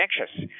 anxious